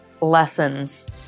lessons